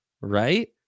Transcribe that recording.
Right